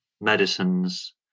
medicines